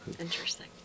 interesting